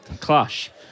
clash